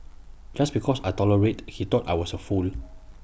just because I tolerated he thought I was A fool